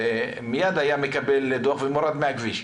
הוא מיד היה מקבל דוח ומורד מהכביש.